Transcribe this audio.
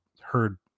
heard